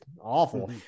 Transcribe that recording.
awful